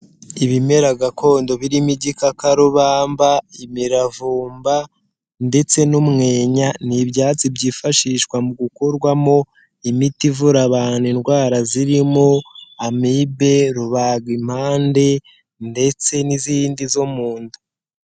Ibimera gakondo birimo igikakarubamba, imiravumba ndetse n'umwenya, ni ibyatsi byifashishwa mu gukurwamo imiti ivura abantu indwara zirimo amibe, rubagimpande ndetse n'izindi zo mu nda.